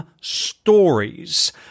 stories